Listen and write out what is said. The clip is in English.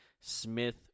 Smith